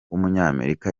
w’umunyamerika